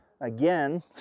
again